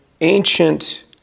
ancient